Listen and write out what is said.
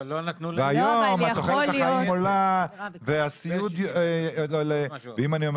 היום תוחלת החיים עולה ואם אני אומר